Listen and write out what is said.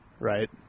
Right